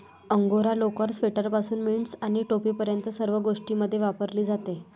angora लोकर, स्वेटरपासून mittens आणि टोपीपर्यंत सर्व गोष्टींमध्ये वापरली जाते